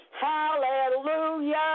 Hallelujah